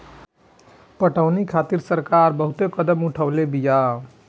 पटौनी खातिर सरकार बहुते कदम उठवले बिया